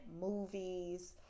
movies